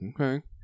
Okay